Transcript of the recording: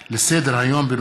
דיון בהצעות לסדר-היום של